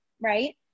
Right